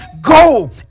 Go